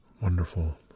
wonderful